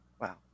wow